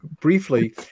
briefly